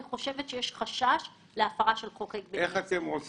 חושבת שיש חשש להפרה של חוק ההגבלים העסקיים.